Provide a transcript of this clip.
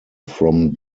from